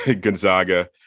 Gonzaga